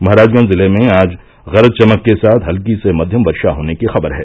महराजगंज जिले में आज गरज चमक के साथ हत्की से मध्यम वर्षा होने की खबर है